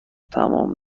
تمام